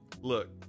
look